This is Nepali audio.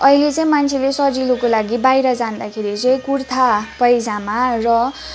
अहिले चाहिँ मान्छेले सजिलोको लागि बाहिर जाँदाखेरि चाहिँ कुर्ता पाइजामा र